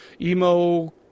emo